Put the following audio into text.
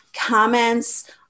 comments